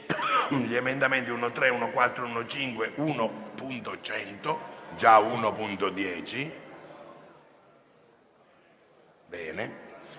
gli emendamenti 1.3, 1.4, 1.5, 1.100 (già 1.10),